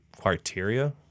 criteria